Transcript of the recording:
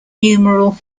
numeral